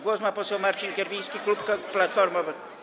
Głos ma poseł Marcin Kierwiński, klub Platforma.